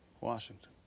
washington